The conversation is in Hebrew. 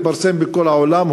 התפרסם בכל העולם,